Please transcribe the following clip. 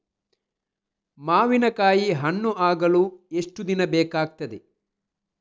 ಮಾವಿನಕಾಯಿ ಹಣ್ಣು ಆಗಲು ಎಷ್ಟು ದಿನ ಬೇಕಗ್ತಾದೆ?